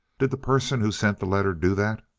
did the person who sent the letter do that?